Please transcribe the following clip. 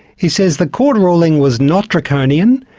he says the court ruling was not draconian,